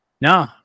No